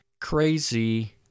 crazy